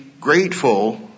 grateful